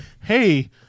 hey